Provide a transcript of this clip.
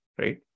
right